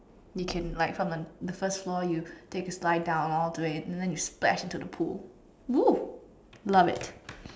you can like from the first floor you take a slide down all the way and then you splash into the pool !woo! love it